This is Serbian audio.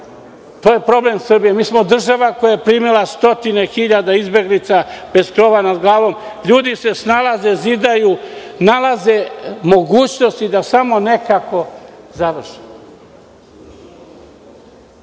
danas problem Srbije. Država smo koja je primila stotine hiljada izbeglica bez krova nad glavom. Ljudi se snalaze, zidaju, nalaze mogućnosti da samo nekako završe.